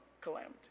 calamity